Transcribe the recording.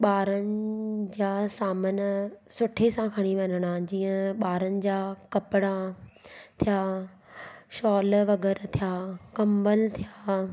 ॿारनि जा सामान सुठे सां खणी वञिणा जीअं ॿारनि जा कपिड़ा थिया शॉल वग़ैरह थिया कंबल थिया